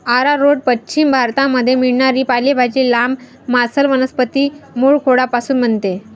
arrowroot पश्चिम भारतामध्ये मिळणारी पालेभाजी, लांब, मांसल वनस्पती मूळखोडापासून बनते